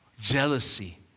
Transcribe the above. Jealousy